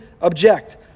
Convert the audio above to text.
object